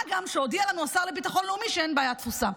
מה גם שהודיע לנו השר לביטחון לאומי שאין בעיית תפוסה.